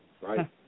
Right